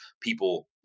people